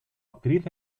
actriz